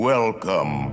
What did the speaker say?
Welcome